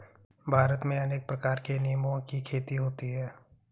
भारत में अनेक प्रकार के निंबुओं की खेती होती है